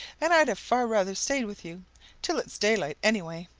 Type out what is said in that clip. and i'd have far rather stayed with you till it's daylight, anyway.